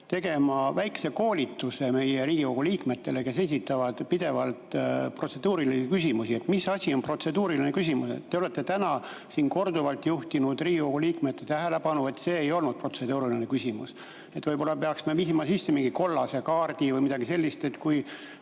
tegema väikese koolituse meie Riigikogu liikmetele, kes esitavad pidevalt protseduurilisi küsimusi, et mis asi on protseduuriline küsimus. Te olete täna siin korduvalt juhtinud Riigikogu liikmete tähelepanu, et see ei olnud protseduuriline küsimus. Võib-olla peaksime viima sisse mingi kollase kaardi või midagi sellist, et kui